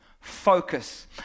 Focus